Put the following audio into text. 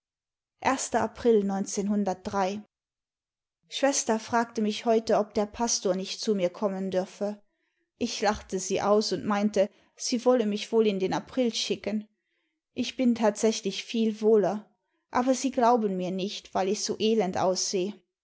april schwester fragte mich heute ob der pastor nicht zu mir kommen dürfe ich lachte sie aus und meinte sie wolle mich wohl in den april schicken ich bin tatsächlich viel wohler aber sie glauben's mir nicht weil ich so elend ausseh